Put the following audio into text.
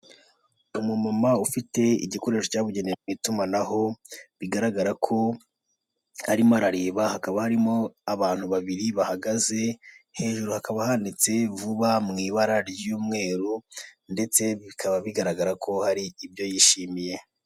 Umuma ufite igikoresho cyabugenewe mu itumanaho, bigaragara ko arimo arareba, hakaba harimo abantu babiri bahagaze, hejuru hakaba handitse vuba mu ibara ry'umweru ndetse bikaba bigaragara ko hari ibyo yishimiye.